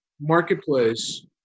marketplace